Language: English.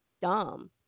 dumb